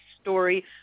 story